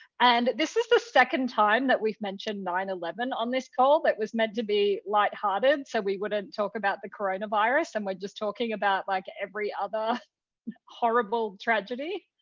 and this is the second time that we've mentioned nine eleven on this call that was meant to be lighthearted, so we wouldn't talk about the coronavirus. and we're just talking about like every other horrible tragedy.